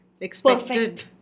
expected